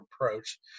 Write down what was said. approach